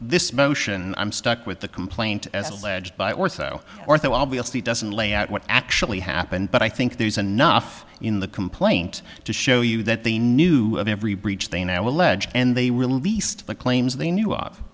this motion and i'm stuck with the complaint as alleged by or so or the obviously doesn't lay out what actually happened but i think there's enough in the complaint to show you that they knew of every breach they now alleged and they released the claims they knew of